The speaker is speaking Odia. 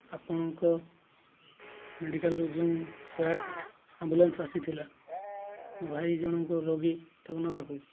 ଆପଣଙ୍କ ମେଡ଼ିକାଲ୍ରୁ ଯେଉଁ ଶହେ ଆଠ ଆମ୍ବୁଲାନ୍ସ ଆସିଥିଲା ମୋ ଭାଇ ଜଣଙ୍କ ରୋଗୀ ତାକୁ ନେବାକୁ